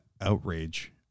outrage